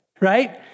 right